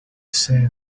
say